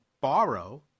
borrow